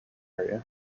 area